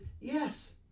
Yes